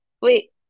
wait